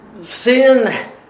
sin